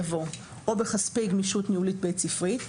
יבוא "או בכספי גמישות ניהולית בית ספרית",